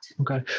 Okay